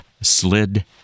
slid